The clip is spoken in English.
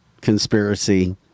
conspiracy